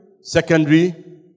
secondary